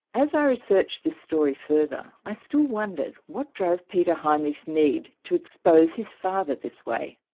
as i researched this story further i still wondered what drove peter heimlich's need to expose his father this way.